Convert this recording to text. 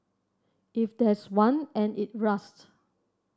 if there's one and it rusts